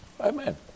Amen